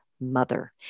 mother